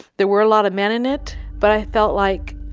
there were a lot of men in it, but i felt like,